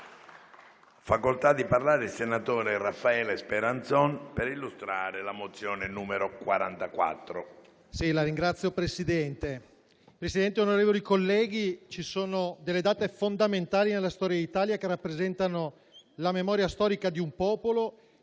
facoltà di parlare il senatore Speranzon per illustrare la mozione n. 44.